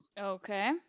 okay